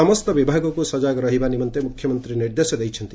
ସମସ୍ତ ବିଭାଗକୁ ସଜାଗ ରହିବା ନିମନ୍ତେ ମୁଖ୍ୟମନ୍ତୀ ନିର୍ଦ୍ଦେଶ ଦେଇଛନ୍ତି